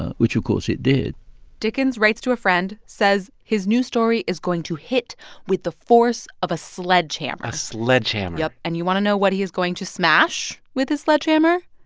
ah which, of course, it did dickens writes to a friend, says his new story is going to hit with the force of a sledgehammer a sledgehammer yup. and you want to know what he is going to smash with his sledgehammer?